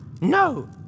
No